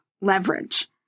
leverage